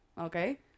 Okay